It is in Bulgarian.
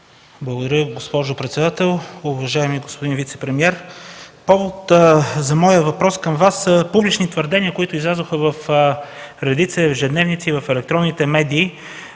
Благодаря, госпожо председател. Уважаеми господин вицепремиер, повод за моя въпрос към Вас са публични твърдения, които излязоха в редица ежедневници и в електронните медии.